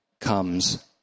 comes